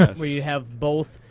where you have both,